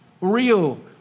real